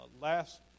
last